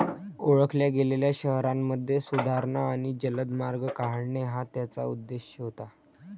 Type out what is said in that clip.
ओळखल्या गेलेल्या शहरांमध्ये सुधारणा आणि जलद मार्ग काढणे हा त्याचा उद्देश होता